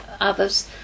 others